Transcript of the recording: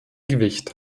gewicht